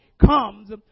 comes